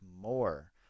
more